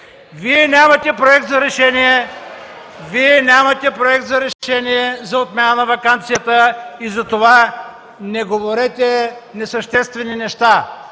Вие нямате проект за решение за отмяна на ваканцията и затова не говорете несъществени неща.